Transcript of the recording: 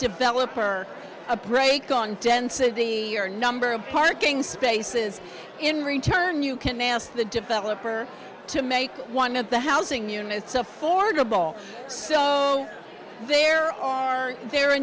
developer a break on density or number of parking spaces in return you can ask the developer to make one of the housing units affordable so there are there are a